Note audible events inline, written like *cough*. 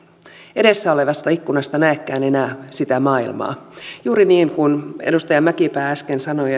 edessä olevasta ikkunasta näekään enää sitä maailmaa juuri niin kuin edustaja mäkipää äsken sanoi *unintelligible*